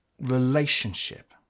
relationship